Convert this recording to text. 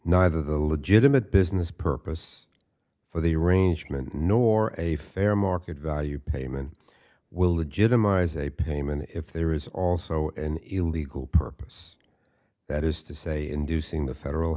neither the legitimate business purpose for the arrangement nor a fair market value payment will legitimize a payment if there is also an illegal purpose that is to say inducing the federal